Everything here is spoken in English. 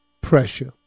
pressure